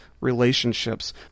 relationships